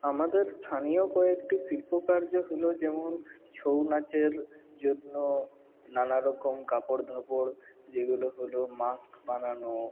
আমাদের স্থানীয় কয়েকটি শিল্পকার্য হল যেমন ছৌ নাচের জন্য নানা রকম কাপড় ধাপড় যেগুলো হল মাস্ক বানানো